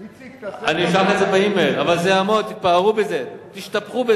לי יש הצעת ייעול: תשלח את זה באימייל.